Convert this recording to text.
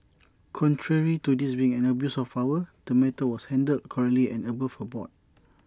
contrary to this being an abuse of power the matter was handled correctly and above board